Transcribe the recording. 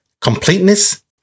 completeness